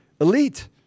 elite